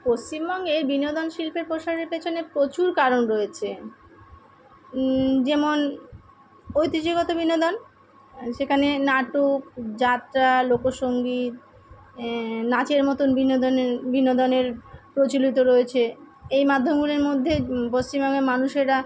পশ্চিমবঙ্গের বিনোদন শিল্পের প্রসারের পেছনে প্রচুর কারণ রয়েছে যেমন ঐতিহ্যগত বিনোদন সেখানে নাটক যাত্রা লোকসঙ্গীত নাচের মতন বিনোদনে বিনোদনের প্রচলিত রয়েছে এই মাধ্যমগুলির মধ্যে পশ্চিমবঙ্গের মানুষেরা